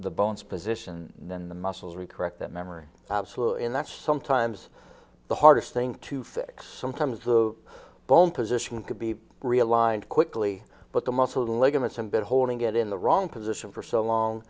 the bones position then the muscles re correct the memory absolutely and that's sometimes the hardest thing to fix sometimes the bone position could be realigned quickly but the muscle ligaments and been holding it in the wrong position for so long